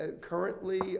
currently